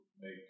make